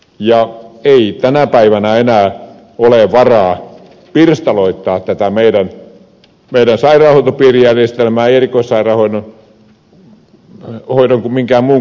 ei tänä päivänä enää ole varaa pirstaloittaa tätä meidän sairaanhoitopiirijärjestelmäämme ei erikoissairaanhoidon kuin minkään muunkaan osalta